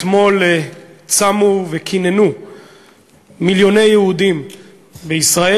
אתמול צמו וקיננו מיליוני יהודים בישראל